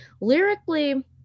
lyrically